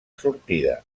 sortida